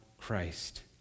Christ